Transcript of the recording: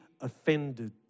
offended